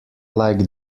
like